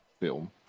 film